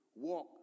Walk